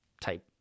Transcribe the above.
type